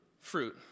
Fruit